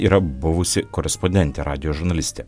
yra buvusi korespondentė radijo žurnalistė